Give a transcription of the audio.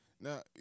Now